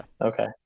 Okay